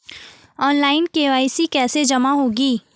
Online KYC कैसे जमा होगी?